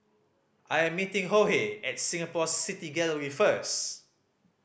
I am meeting at Singapore City Gallery first